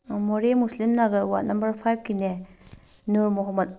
ꯃꯣꯔꯦ Muslim Nagar ward number ꯐꯥꯏꯚꯀꯤꯅꯦ ꯅꯨꯔ ꯃꯣꯍꯃꯠ